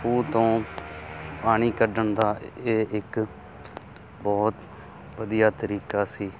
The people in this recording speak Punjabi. ਖੂਹ ਤੋਂ ਪਾਣੀ ਕੱਢਣ ਦਾ ਇਹ ਇੱਕ ਬਹੁਤ ਵਧੀਆ ਤਰੀਕਾ ਸੀ